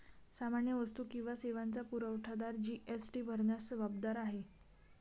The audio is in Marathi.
सामान्य वस्तू किंवा सेवांचा पुरवठादार जी.एस.टी भरण्यास जबाबदार आहे